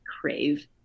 crave